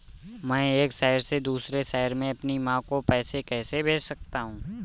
मैं एक शहर से दूसरे शहर में अपनी माँ को पैसे कैसे भेज सकता हूँ?